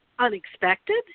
unexpected